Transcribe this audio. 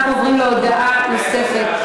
אנחנו עוברים להודעה נוספת,